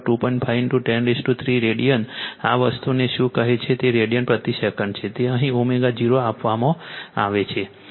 5 103 radian આ વસ્તુને શું કહે છે તે રેડિયન પ્રતિ સેકન્ડ છે તે અહીં ω0 આપવામાં આવે છે